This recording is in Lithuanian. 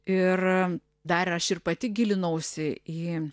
ir dar aš ir pati gilinausi į